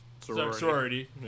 Sorority